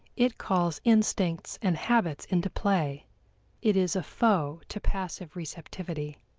it calls instincts and habits into play it is a foe to passive receptivity.